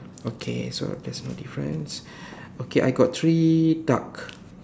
okay so there is no difference okay I got three duck